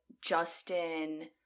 Justin